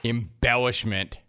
Embellishment